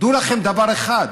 דעו לכם דבר אחד,